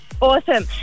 Awesome